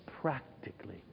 practically